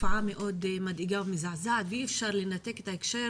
תופעה מאוד מדאיגה ומזעזעת ואי אפשר לנתק את ההקשר